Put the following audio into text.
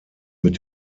mit